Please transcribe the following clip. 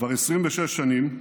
כבר 26 שנים,